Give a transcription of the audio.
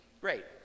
great